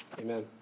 Amen